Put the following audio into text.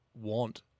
want